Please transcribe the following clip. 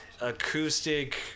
acoustic